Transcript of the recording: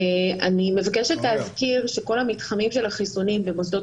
אני מבקשת להזכיר שכל המתחמים של החיסונים במוסדות